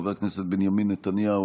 וכן נספח אגודת ישראל.